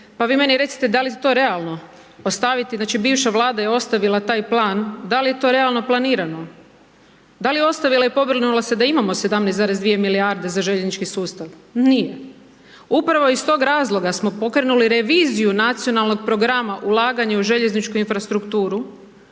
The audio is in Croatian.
pa vi meni recite da li je to realno ostaviti znači bivša vlada je ostavila taj plan, da li je to realno planirano, da li je ostavila i pobrinula se da imamo 17,2 milijarde za željeznički sustav, nije. Upravo iz tog razloga smo pokrenuli reviziju Nacionalnog programa ulaganja u željezničku infrastrukturu,